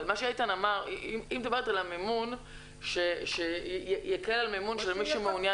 אבל מה שאיתן אמר היא מדברת על המימון שיקל על מימון של מי שמעוניין